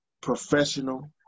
professional